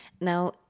Now